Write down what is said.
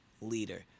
leader